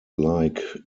like